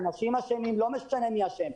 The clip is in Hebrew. לא משנה מי אשם.